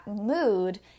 mood